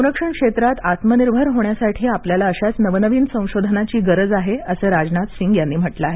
संरक्षण क्षेत्रात आत्मनिर्भर होण्यासाठी आपल्याला अशाच नवनवीन संशोधनाची गरज आहे असं राजनाथ सिंग यांनी म्हटलं आहे